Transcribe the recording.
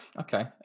okay